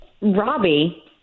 Robbie